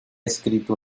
escrito